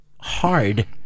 hard